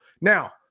Now